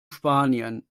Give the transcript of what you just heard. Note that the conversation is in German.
spanien